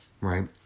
right